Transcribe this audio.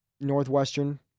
Northwestern